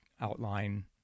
outline